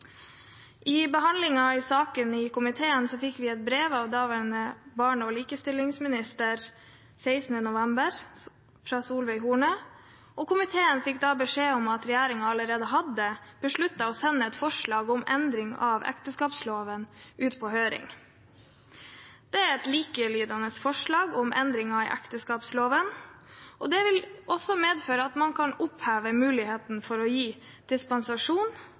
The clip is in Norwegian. i Norge. Under behandlingen av saken i komiteen fikk vi 16. november i fjor et brev fra daværende barne- og likestillingsminister Solveig Horne. Komiteen fikk da beskjed om at regjeringen allerede hadde besluttet å sende et forslag om endring av ekteskapsloven ut på høring. Det er et likelydende forslag om endringer i ekteskapsloven, og det vil også medføre at man kan oppheve muligheten for å gi dispensasjon